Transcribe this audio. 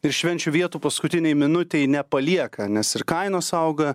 ir švenčių vietų paskutinei minutei nepalieka nes ir kainos auga